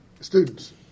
Students